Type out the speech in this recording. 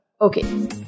Okay